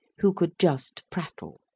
who could just prattle,